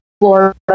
Florida